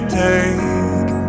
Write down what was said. take